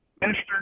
minister